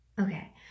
okay